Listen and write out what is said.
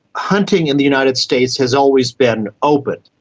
hunting in the united states has always been open.